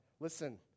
Listen